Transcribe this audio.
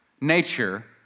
nature